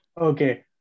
Okay